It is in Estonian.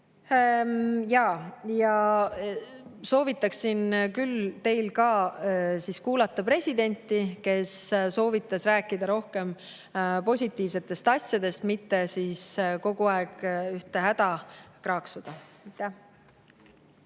Ma soovitan küll teil ka kuulata presidenti, kes soovitas rääkida rohkem positiivsetest asjadest, mitte kogu aeg ühte häda kraaksuda.